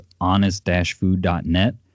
honest-food.net